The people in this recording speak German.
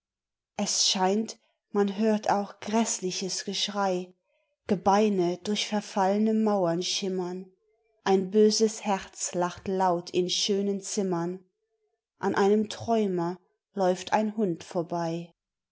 es scheint man hört auch gräßliches geschrei gebeine durch verfallne mauern schimmern ein böses herz lacht laut in schönen zimmern an einem träumer läuft ein hund vorbei